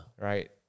right